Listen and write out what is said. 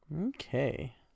Okay